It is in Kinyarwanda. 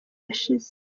yashize